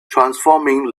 transforming